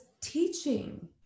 teaching